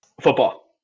Football